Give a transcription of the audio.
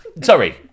Sorry